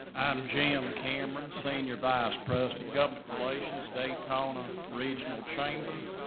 i'm jim cameron, senior vice president, government relations, daytona regional chamber.